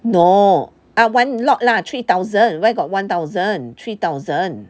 no I one lot lah three thousand where got one thousand three thousand